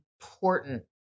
important